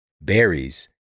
berries